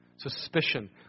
Suspicion